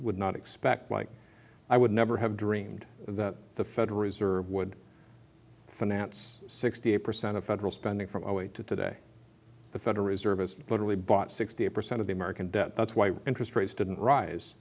would not expect like i would never have dreamed that the federal reserve would finance sixty eight percent of federal spending from a way to today the federal reserve has literally bought sixty percent of the american debt that's why interest rates didn't rise